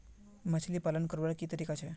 मछली पालन करवार की तरीका छे?